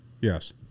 Yes